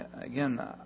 Again